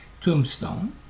Tombstone